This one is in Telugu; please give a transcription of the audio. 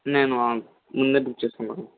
నేను ముందే బుక్ చేసుకుంటాను